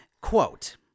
quote